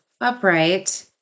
upright